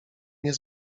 nie